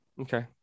okay